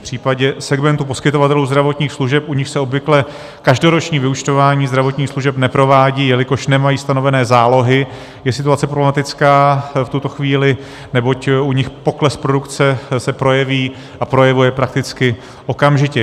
V případě segmentu poskytovatelů zdravotních služeb, u nichž se obvykle každoroční vyúčtování zdravotních služeb neprovádí, jelikož nemají stanovené zálohy, je situace problematická v tuto chvíli, neboť u nich pokles produkce se projeví a projevuje prakticky okamžitě.